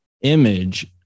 image